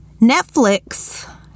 Netflix